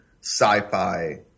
sci-fi